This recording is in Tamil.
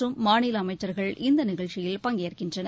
மற்றும் மாநில அமைச்சர்கள் இந்த நிகழ்ச்சியில் பங்கேற்கின்றனர்